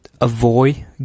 Avoid